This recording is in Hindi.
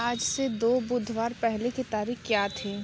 आज से दो बुधवार पहले की तारीख क्या थी